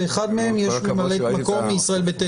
ואחד מהם יש ממלאת מקום מישראל ביתנו.